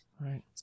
Right